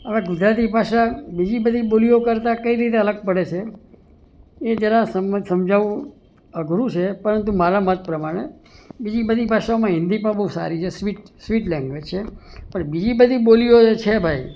હવે ગુજરાતી ભાષા બીજી બધી બોલીઓ કરતાં કઈ રીતે અલગ પડે છે એ જરા સમજ સમજાવવું અઘરું છે પરંતુ મારા મત પ્રમાણે બીજી બધી ભાષામાં હિન્દી પણ બહુ સારી છે સ્વી સ્વીટ લેંગ્વેજ છે બીજી બધી બોલીઓ છે ભાઈ